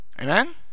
Amen